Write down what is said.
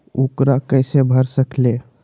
ऊकरा कैसे भर सकीले?